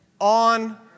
on